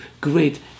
great